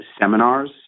seminars